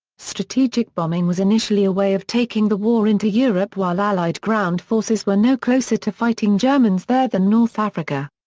strategic bombing was initially a way of taking the war into europe europe while allied ground forces were no closer to fighting germans there than north africa.